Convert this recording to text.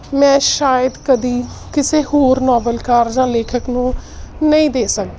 ਮੈਂ ਸ਼ਾਇਦ ਕਦੇ ਕਿਸੇ ਹੋਰ ਨੌਵਲਕਾਰ ਜਾਂ ਲੇਖਕ ਨੂੰ ਨਹੀਂ ਦੇ ਸਕਦੀ